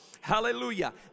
Hallelujah